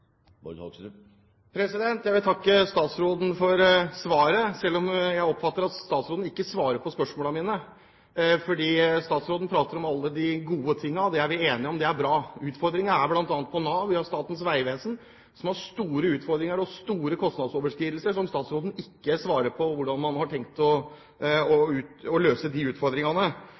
Jeg vil takke statsråden for svaret, selv om jeg ikke oppfattet at hun svarte på spørsmålene mine. Statsråden prater om alle de gode tingene. Dem er vi enige om. Det er bra. Utfordringene er bl.a. hos Nav, og vi har Statens vegvesen som har store utfordringer og store kostnadsoverskridelser. Statsråden svarer ikke på hvordan man har tenkt å